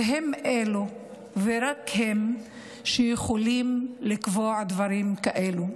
והם ורק הם אלו שיכולים לקבוע דברים כאלה,